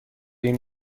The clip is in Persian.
این